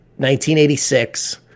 1986